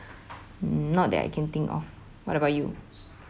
not that I can think of what about you